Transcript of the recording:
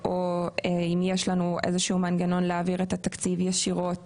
או אם יש לנו איזשהו מנגנון להעביר את התקציב ישירות